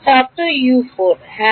ছাত্র হ্যাঁ